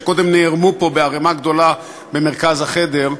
שקודם נערמו פה בערמה גדולה במרכז החדר,